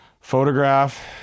photograph